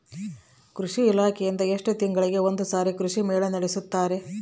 ಕೃಷಿ ಇಲಾಖೆಯಿಂದ ಎಷ್ಟು ತಿಂಗಳಿಗೆ ಒಂದುಸಾರಿ ಕೃಷಿ ಮೇಳ ನಡೆಸುತ್ತಾರೆ?